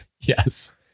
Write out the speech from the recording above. Yes